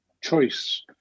choice